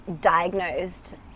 diagnosed